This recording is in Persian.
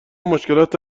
مشکلات